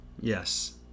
Yes